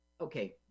okay